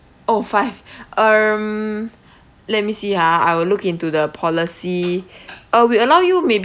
oh five um let me see ha I will look into the policy uh we allow you maybe